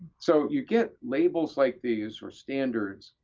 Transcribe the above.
so you get labels like these, or standards,